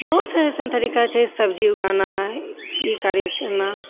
बहुत सारा एसन तरीका छै सब्जी उगाना ई कार्य करना